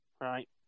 Right